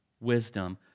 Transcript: wisdom